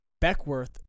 Beckworth